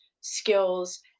skills